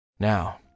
now